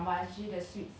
is it a good song